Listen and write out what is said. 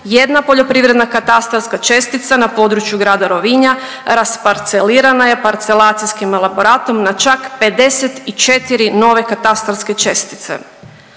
jedna poljoprivredna katastarska čestica na području grada Rovinja rasparcelirana je parcelacijskim elaboratom na čak 54 nove katastarske čestice.